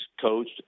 coached